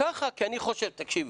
ככה, כי אני חושב, תקשיבו.